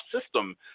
system